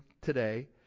today